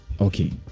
Okay